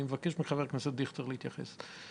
אני מבקש מחבר הכנסת דיכטר להתייחס לדברים.